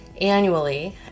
annually